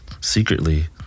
secretly